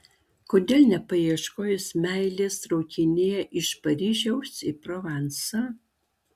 kodėl nepaieškojus meilės traukinyje iš paryžiaus į provansą